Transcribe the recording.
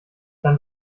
dann